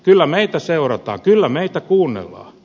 kyllä meitä seurataan kyllä meitä kuunnellaan